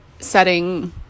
Setting